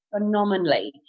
phenomenally